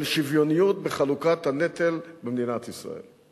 של שוויוניות בחלוקת הנטל במדינת ישראל.